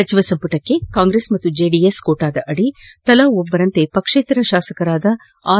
ಸಚಿವ ಸಂಪುಟಕ್ಕೆ ಕಾಂಗ್ರೆಸ್ ಹಾಗೂ ಜೆಡಿಎಸ್ ಕೋಟಾದದಿ ತಲಾ ಒಬ್ಬರಂತೆ ಪಕ್ಷೇತರ ಶಾಸಕರಾದ ಆರ್